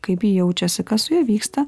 kaip ji jaučiasi kas su ja vyksta